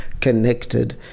connected